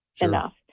enough